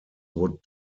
would